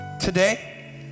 today